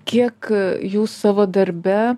kiek jūs savo darbe